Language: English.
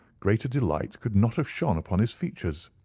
greater delight could not have shone upon his features.